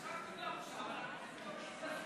עכשיו התחיל המושב, אז מתבטלים.